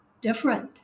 different